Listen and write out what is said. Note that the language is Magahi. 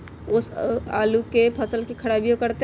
ओस आलू के फसल के खराबियों करतै?